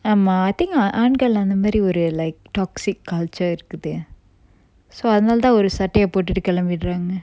ஆமா:aama I think ஆண்கள் அந்த மாறி ஒரு:aankal antha mari oru like toxic culture இருக்குது:irukkuthu so அதனால தான் ஒரு சட்டைய போட்டுட்டு கெளம்பிர்றாங்க:athanala than oru sattaya pottuttu kelambirranga